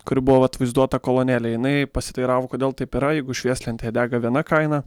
kuri buvo vat vaizduota kolonėlėj jinai pasiteiravo kodėl taip yra jeigu švieslentėje dega viena kaina